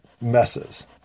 messes